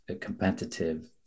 competitive